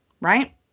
right